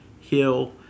Hill